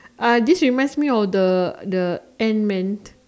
uh this reminds me of the the Ant Man